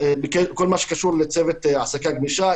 בכל מה שקשור לצוות העסקה גמישה.